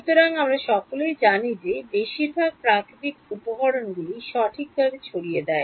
সুতরাং আমরা সকলেই জানি যে বেশিরভাগ প্রাকৃতিক উপকরণগুলি সঠিকভাবে ছড়িয়ে দেয়